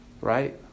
Right